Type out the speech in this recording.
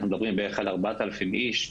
אנחנו מדברים על בערך 4,000 איש.